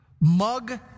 Mug